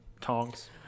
tongs